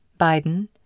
Biden